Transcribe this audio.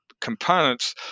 Components